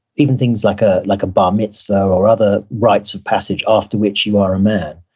even things like ah like a bar mitzvah or other rites of passage after which you are a man,